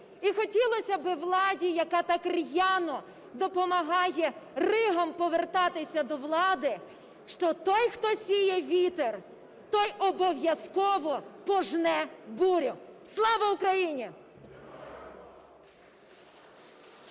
І хотілося би владі, яка так р'яно допомагає "ригам" повертатися до влади, що той, хто сіє віє вітер, той обов’язково пожне бурю. Слава Україні!